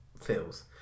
feels